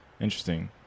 Interesting